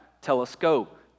telescope